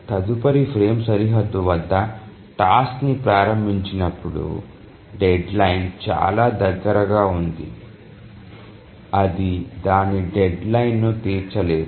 తదుపరి ఫ్రేమ్ సరిహద్దు వద్ద టాస్క్ ని ప్రారంభించినప్పుడు డెడ్లైన్ చాలా దగ్గరగా ఉంది అది దాని డెడ్లైన్ను తీర్చలేదు